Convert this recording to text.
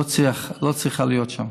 לא צריכה להיות שם.